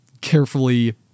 carefully